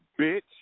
bitch